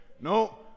No